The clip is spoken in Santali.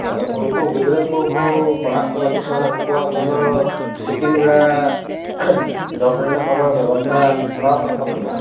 ᱟᱫᱚ ᱩᱱᱠᱩ ᱜᱤᱫᱽᱨᱟᱹ ᱠᱚᱠᱚ ᱯᱟᱲᱦᱟᱜ ᱠᱚ ᱦᱤᱡᱩᱜ ᱠᱟᱱᱟ ᱩᱱᱠᱩᱣᱟᱜ ᱠᱳᱱᱳ ᱛᱤᱠᱤᱱ ᱵᱮᱲᱟ ᱡᱚᱢ ᱨᱮᱱᱟᱜ ᱠᱳᱱᱳ ᱵᱮᱵᱚᱥᱛᱟ ᱠᱚᱨᱟᱣ ᱠᱟᱫ ᱠᱚᱣᱟ ᱥᱮ ᱵᱟᱝ